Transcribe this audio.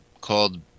called